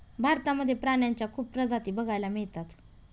भारतामध्ये प्राण्यांच्या खूप प्रजाती बघायला मिळतात